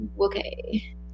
Okay